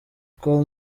call